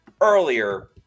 earlier